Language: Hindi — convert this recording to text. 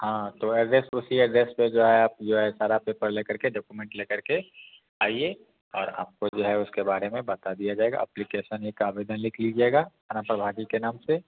हाँ तो ऐड्रेस उसी ऐड्रेस पे जो है आप जो है सारा पेपर लेकर के डॉक्यूमेंट लेकर के आइए और आपको जो है उसके बारे में बता दिया जाएगा अप्लीकेसन एक आवेदन लिख लीजिएगा थाना प्रभारी के नाम से